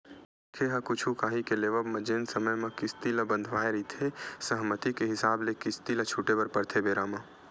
मनखे ह कुछु काही के लेवब म जेन समे म किस्ती ल बंधवाय रहिथे सहमति के हिसाब ले किस्ती ल छूटे बर परथे बेरा म